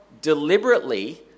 deliberately